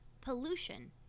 pollution